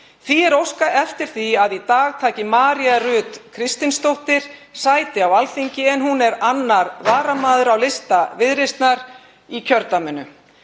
Því er óskað eftir því að í dag taki María Rut Kristinsdóttir sæti á Alþingi en hún er 2. varamaður á lista Viðreisnar í kjördæminu.